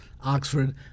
Oxford